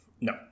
No